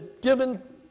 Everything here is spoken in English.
given